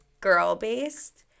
girl-based